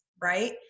right